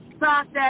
process